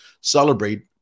Celebrate